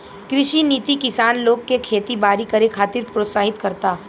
कृषि नीति किसान लोग के खेती बारी करे खातिर प्रोत्साहित करता